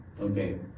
Okay